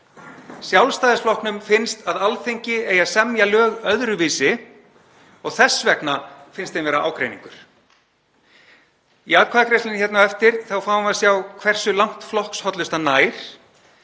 Sjálfstæðisflokknum finnst að Alþingi eigi að semja lög öðruvísi og þess vegna finnst þeim vera ágreiningur. Í atkvæðagreiðslunni hér á eftir fáum við að sjá hversu langt flokkshollustan nær,